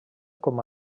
com